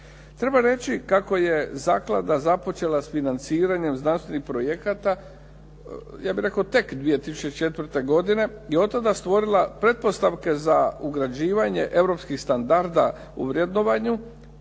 Treba reći kako je zaklada započela s financiranjem znanstvenih projekata ja bih rekao tek 2004. godine i otada stvorila pretpostavke za ugrađivanje europskih standarda u vrednovanju,